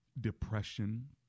depression